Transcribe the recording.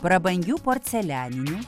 prabangių porcelianinių